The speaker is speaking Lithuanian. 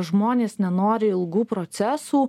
žmonės nenori ilgų procesų